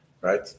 right